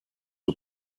who